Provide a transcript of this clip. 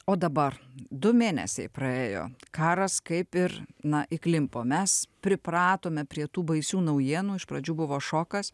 o dabar du mėnesiai praėjo karas kaip ir na įklimpo mes pripratome prie tų baisių naujienų iš pradžių buvo šokas